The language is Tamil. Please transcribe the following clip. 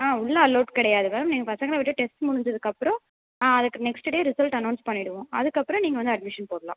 ஆ உள்ளே அலோட் கிடையாது மேம் நீங்கள் பசங்களை விட்டு டெஸ்ட் முடிஞ்சதுக்கப்புறோம் ஆ அதுக்கு நெக்ஸ்ட்டு டே ரிசல்ட் அனோன்ஸ் பண்ணிவிடுவோம் அதுக்கப்புறோம் நீங்கள் வந்து அட்மிஷன் போடலாம்